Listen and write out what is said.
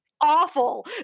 awful